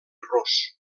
ros